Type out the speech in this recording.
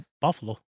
Buffalo